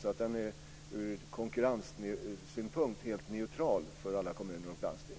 Från konkurrenssynpunkt är detta alltså helt neutralt för alla kommuner och landsting.